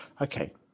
Okay